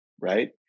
right